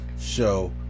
show